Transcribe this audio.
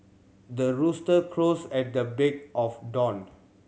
the rooster crows at the big of dawned